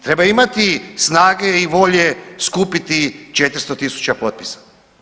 Treba imati snage i volje skupiti 400 000 potpisa.